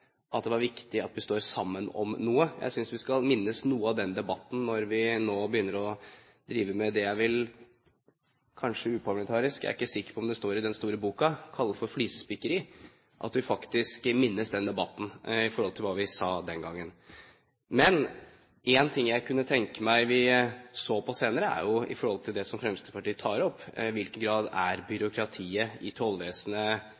at det er viktig at vi står sammen om noe. Jeg synes vi skal minnes noe av den debatten når vi nå begynner å drive med det jeg vil kalle – kanskje uparlamentarisk, jeg er ikke sikker på om det står i den store boken – flisespikkeri, at vi faktisk minnes den debatten, og hva vi sa den gangen. Men en ting jeg kunne tenke meg at vi så på senere, er det som Fremskrittspartiet tar opp: I hvilken grad er